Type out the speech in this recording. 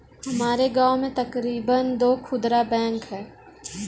हमारे गांव में तकरीबन दो खुदरा बैंक है